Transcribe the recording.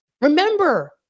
remember